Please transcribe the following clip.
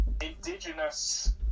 indigenous